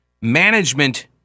management